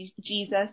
Jesus